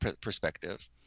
perspective